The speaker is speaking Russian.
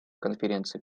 конференции